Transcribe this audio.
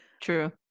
true